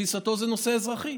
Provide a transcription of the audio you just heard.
לתפיסתו זה נושא אזרחי.